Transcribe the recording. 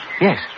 Yes